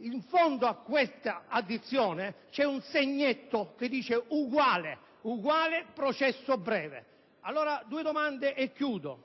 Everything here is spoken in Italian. In fondo a questa addizione c'è un segnetto che dice uguale: uguale processo breve. Due domande, allora, e chiudo.